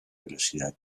velocidad